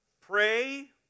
pray